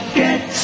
get